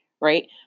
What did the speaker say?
right